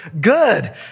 good